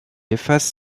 efface